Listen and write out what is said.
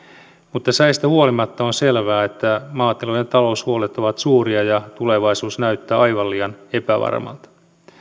mutta säistä huolimatta on selvää että maatilojen taloushuolet ovat suuria ja tulevaisuus näyttää aivan liian epävarmalta